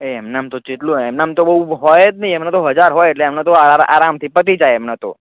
એ એમનેમ તો કેટલું એમનામાં તો બહુ હોય તો નહીં એમને તો હજાર હોય એટલે એમને તો આરામથી પતી જાય એમને તો